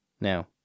Now